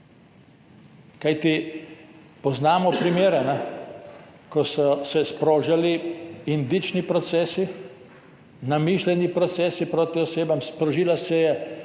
poznamo primere, ko so se sprožali indični procesi, namišljeni procesi proti osebam, sprožila se je